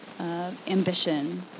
ambition